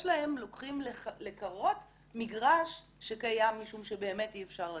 להם לוקחים לקרות מגרש שקיים משום שבאמת אי-אפשר לתפקד.